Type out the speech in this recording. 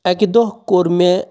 اَکہِ دۄہ کوٚر مےٚ